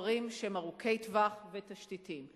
לדברים שהם ארוכי טווח ותשתיתיים.